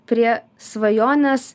prie svajonės